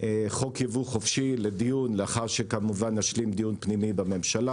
חוק יבוא חופשי לאחר שכמובן נשלים דיון פנימי בממשלה.